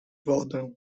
wodę